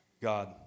God